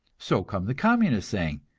so come the communists, saying,